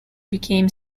became